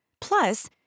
Plus